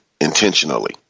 intentionally